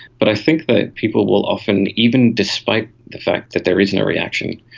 but i think that people will often, even despite the fact that there isn't a reaction,